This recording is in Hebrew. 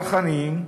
צרכניים,